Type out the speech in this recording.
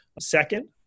Second